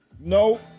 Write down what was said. no